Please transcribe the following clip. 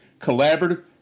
collaborative